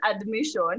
admission